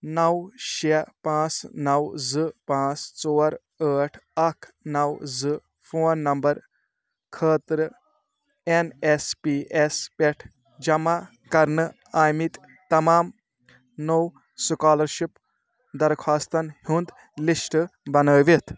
نَو شےٚ پانٛژھ نَو زٕ پانٛژھ ژور ٲٹھ اَکھ نَو زٕ فون نَمبر خٲطرٕ این ایس پی ایس پؠٹھ جَمح کَرنہٕ آمٕتۍ تمام نوٚو سُکالرشِپ درخواستَن ہُنٛد لِسٹ بَنٲوِتھ